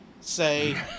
say